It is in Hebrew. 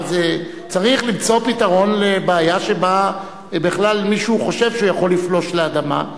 אבל צריך למצוא פתרון לבעיה שבה בכלל מישהו חושב שהוא יכול לפלוש לאדמה.